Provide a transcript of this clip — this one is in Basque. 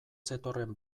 zetorren